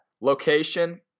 Location